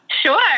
Sure